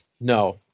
No